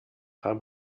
haben